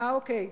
אוקיי.